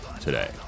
today